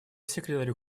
секретарю